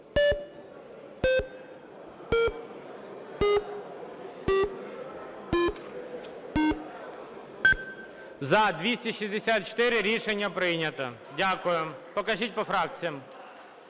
За-264 Рішення прийнято. Дякую. Покажіть по фракціям.